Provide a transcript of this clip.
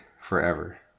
forever